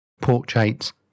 portraits